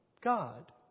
God